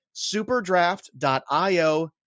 superdraft.io